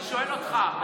אני שואל אותך.